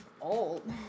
old